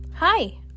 Hi